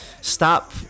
stop